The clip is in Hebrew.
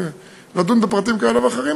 לדון בפרטים כאלה ואחרים,